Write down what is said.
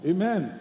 Amen